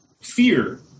fear